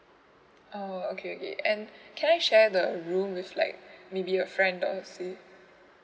oh okay okay can I share the a room with like maybe a friend of say